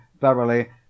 verily